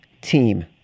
team